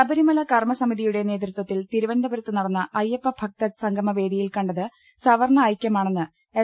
ശബരിമല കർമ്മസമിതിയുടെ നേതൃത്വത്തിൽ തിരുവനന്തപു രത്ത് നടന്ന അയ്യപ്പ ഭക്തസംഗമവേദിയിൽ കണ്ടത് സവർണ്ണ ഐക്യമാണെന്ന് എസ്